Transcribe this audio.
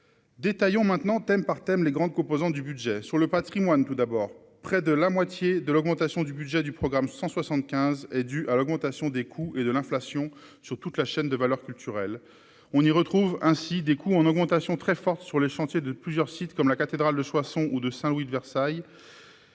détaillons maintenant, thème par thème, les grandes composantes du budget sur le Patrimoine, tout d'abord, près de la moitié de l'augmentation du budget du programme 175 est due à l'augmentation des coûts et de l'inflation sur toute la chaîne de valeur culturelle, on y retrouve ainsi des coûts en augmentation très forte sur les chantiers de plusieurs sites, comme la cathédrale de Soissons ou de Saint-Louis, de Versailles,